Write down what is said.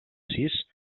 sis